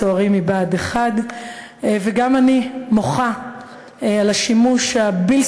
צוערים מבה"ד 1. וגם אני מוחה על השימוש הבלתי-נתפס,